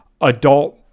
adult